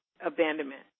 abandonment